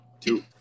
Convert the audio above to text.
Two